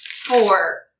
four